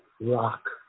rock